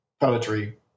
poetry